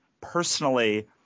personally